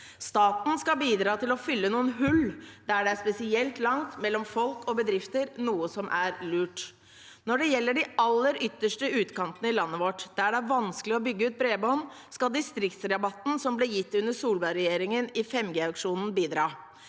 Staten skal bidra til å fylle noen hull der det er spesielt langt mellom folk og bedrifter, noe som er lurt. Når det gjelder de aller ytterste utkantene i landet vårt, der det er vanskelig å bygge ut bredbånd, skal distriktsrabatten som ble gitt under Solberg-regjeringen i 5G-auksjonen, bidra.